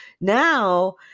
Now